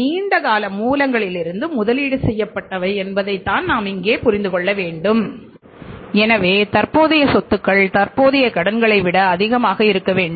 நீண்ட கால மூலங்களிலிருந்து முதலீடு செய்யப்பட்டவை என்பதைத் தான் இங்கே புரிந்து கொள்ள வேண்டும் எனவே தற்போதைய சொத்துக்கள் தற்போதைய கடன்களை விட அதிகமாக இருக்க வேண்டும்